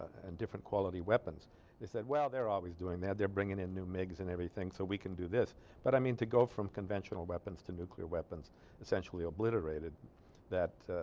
and different quality weapons he said well there always doing that they're bringing in new migs and everything so we can do this but i mean to go from conventional weapons to nuclear weapons essentially obliterated that